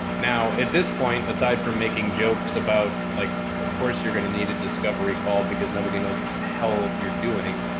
now at this point, aside from making jokes about like, of course you're going to need a discovery call because nobody knows what the hell you're doing.